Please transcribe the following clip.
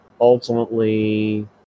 ultimately